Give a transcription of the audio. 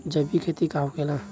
जैविक खेती का होखेला?